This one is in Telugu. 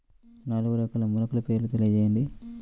నాలుగు రకాల మొలకల పేర్లు తెలియజేయండి?